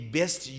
best